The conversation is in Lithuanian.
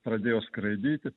pradėjo skraidyti